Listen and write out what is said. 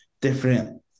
different